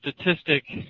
statistic